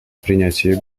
принятии